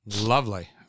lovely